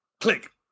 Click